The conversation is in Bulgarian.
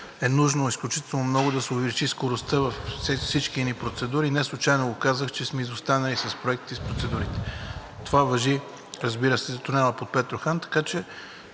е нужно изключително много да се увеличи скоростта във всички процедури. Неслучайно казах, че сме изостанали с проектите и с процедурите. Това важи, разбира се, и за тунела под Петрохан. Така че